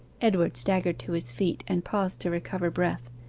edward staggered to his feet, and paused to recover breath.